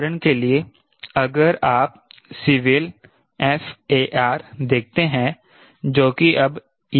उदाहरण के लिए अगर आप सिविल FAR देखते हैं जो कि अब EAS है